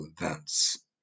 events